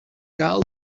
cal